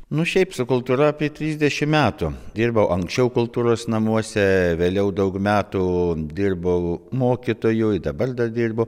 nu šiaip su kultūra apie trisdešim metų dirbau anksčiau kultūros namuose vėliau daug metų dirbau mokytoju ir dabar dar dirbu